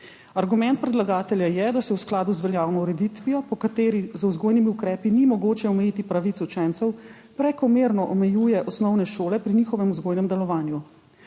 Argument predlagatelja je, da se v skladu z veljavno ureditvijo, po kateri z vzgojnimi ukrepi ni mogoče omejiti pravic učencev, prekomerno omejuje osnovne šole pri njihovem vzgojnem delovanju.